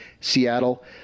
Seattle